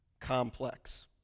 complex